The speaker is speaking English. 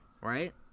right